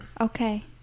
Okay